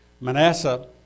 Manasseh